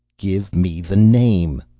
give me the name!